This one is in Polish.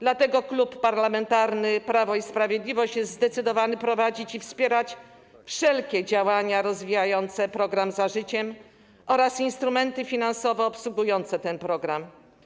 Dlatego Klub Parlamentarny Prawo i Sprawiedliwość jest zdecydowany prowadzić i wspierać wszelkie działania rozwijające program „Za życiem” oraz instrumenty finansowe obsługujące ten program.